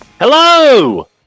Hello